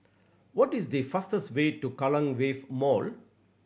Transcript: what is the fastest way to Kallang Wave Mall